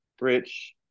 Rich